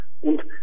und